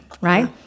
right